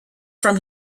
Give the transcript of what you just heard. from